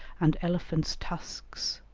and elephants' tusks,